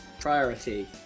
Priority